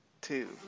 two